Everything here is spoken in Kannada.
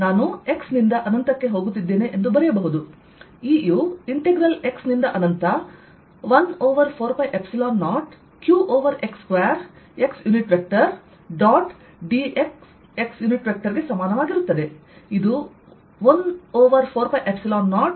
ನಾನು x ನಿಂದ ಅನಂತಕ್ಕೆ ಹೋಗುತ್ತಿದ್ದೇನೆ ಎಂದು ಬರೆಯಬಹುದು E ಯು ಇಂಟೆಗ್ರಲ್ x ನಿಂದ ಅನಂತ1 ಓವರ್ 4π0 q ಓವರ್x2x ಯುನಿಟ್ವೆಕ್ಟರ್ ಡಾಟ್ dxxಗೆ ಸಮಾನವಾಗಿರುತ್ತದೆ ಇದು1 ಓವರ್4π0 q ಓವರ್x2dx